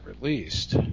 released